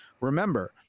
Remember